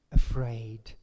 afraid